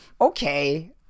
okay